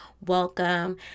welcome